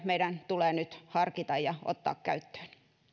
meidän tulee nyt harkita ja ottaa käyttöön